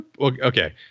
okay